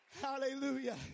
Hallelujah